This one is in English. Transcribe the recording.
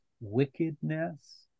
wickedness